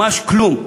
ממש כלום.